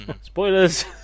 spoilers